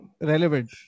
relevant